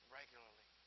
regularly